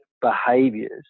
behaviors